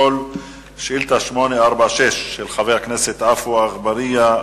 ושאילתא 845 של חבר הכנסת עפו אגבאריה,